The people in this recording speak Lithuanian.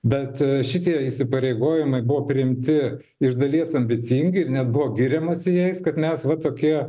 bet šitie įsipareigojimai buvo priimti iš dalies ambicingi ir net buvo giriamasi jais kad mes va tokie